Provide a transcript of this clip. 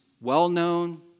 well-known